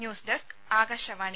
news desk Akashvani